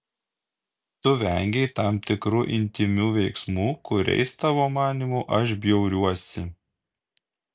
tu vengei tam tikrų intymių veiksmų kuriais tavo manymu aš bjauriuosi